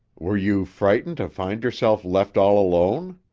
were you frightened to find yourself left all alone?